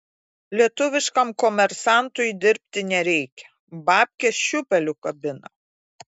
lietuviškam komersantui dirbti nereikia babkes šiūpeliu kabina